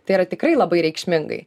tai yra tikrai labai reikšmingai